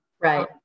right